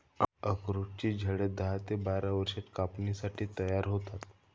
अक्रोडाची झाडे दहा ते बारा वर्षांत कापणीसाठी तयार होतात